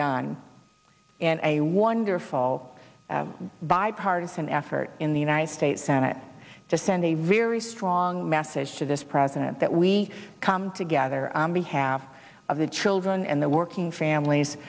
done in a wonderful bipartisan effort in the united states senate to send a very strong message to this president that we come together on behalf of the children and the working families